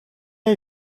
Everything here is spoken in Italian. hai